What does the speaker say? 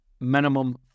minimum